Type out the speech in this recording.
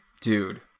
dude